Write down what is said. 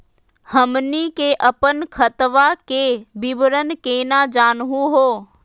हमनी के अपन खतवा के विवरण केना जानहु हो?